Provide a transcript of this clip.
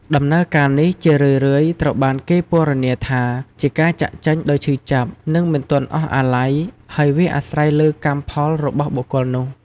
ដំណើរការនេះជារឿយៗត្រូវបានគេពណ៌នាថាជាការចាកចេញដោយឈឺចាប់ និងមិនទាន់អស់អាល័យ ហើយវាអាស្រ័យលើកម្មផលរបស់បុគ្គលនោះ។